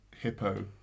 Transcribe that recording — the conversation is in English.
hippo